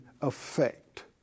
effect